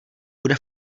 bude